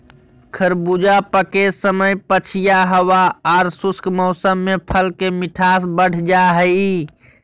खरबूजा पके समय पछिया हवा आर शुष्क मौसम में फल के मिठास बढ़ जा हई